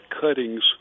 cuttings